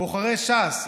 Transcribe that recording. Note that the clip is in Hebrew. בוחרי ש"ס,